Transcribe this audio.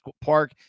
Park